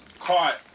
caught